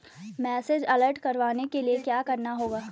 Message alert करवाने के लिए क्या करना होगा?